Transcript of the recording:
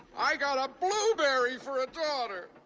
i've got a blueberry for a daughter.